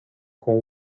con